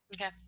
Okay